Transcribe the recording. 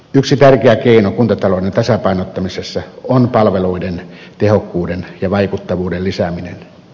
yksi tärkeä keino kuntatalouden tasapainottamisessa on palveluiden tehokkuuden ja vaikuttavuuden lisääminen